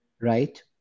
right